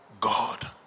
God